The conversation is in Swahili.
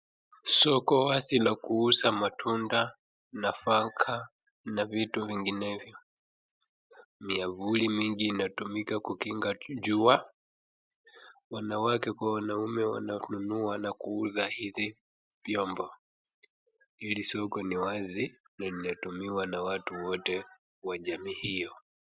Soko wazi la kuuza matunda, nafaka na vitu vinginevyo, miavuli mingi inatumika kukinga jua, wanawake kwa wanaume wananunua na kuuza hivi vyombo. Hili soko ni wazi na linatumiwa na watu wote wa jamii hiyo.